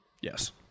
Yes